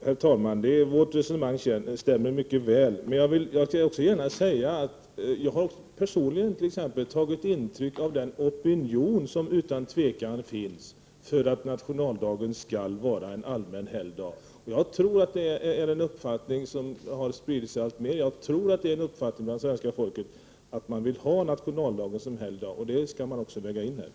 Herr talman! Vårt resonemang stämmer mycket väl. Personligen har jag också tagit intryck av den opinion som utan tvivel finns för att nationaldagen skall vara en allmän helgdag. Jag tror att det är en uppfattning som har spridit sig alltmer. Jag tror att det är en allmän uppfattning hos svenska folket att man vill ha nationaldagen som helgdag. Detta ligger också i vårt förslag.